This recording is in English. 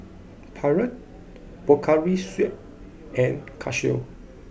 Pilot Pocari Sweat and Casio